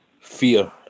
fear